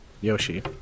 Yoshi